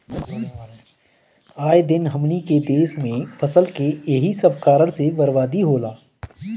आए दिन हमनी के देस में फसल के एही सब कारण से बरबादी होला